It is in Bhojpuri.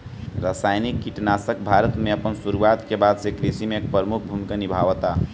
रासायनिक कीटनाशक भारत में अपन शुरुआत के बाद से कृषि में एक प्रमुख भूमिका निभावता